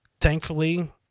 thankfully